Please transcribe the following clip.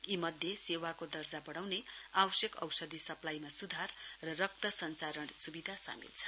यी मध्ये सेवाको दर्जा बढाउने आवश्यक औषधि सप्लाईमा सुधार र रक्त सञ्चारण सुविधा सामेल छन्